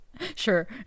Sure